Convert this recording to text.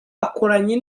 akoranya